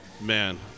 man